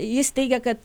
jis teigia kad